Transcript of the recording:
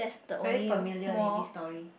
very familiar leh this story